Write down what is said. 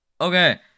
Okay